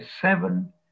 Seven